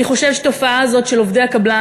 אני חושבת שהתופעה הזאת של עובדי הקבלן,